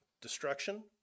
destruction